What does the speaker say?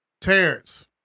Terrence